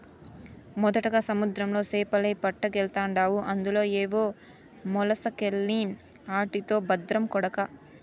మొదటగా సముద్రంలో సేపలే పట్టకెల్తాండావు అందులో ఏవో మొలసకెల్ని ఆటితో బద్రం కొడకా